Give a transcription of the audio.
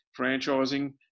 franchising